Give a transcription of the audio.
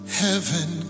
heaven